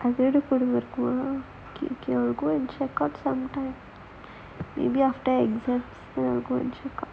அதவிட கொடும என்னனா:athavida koduma ennaanaa go and check out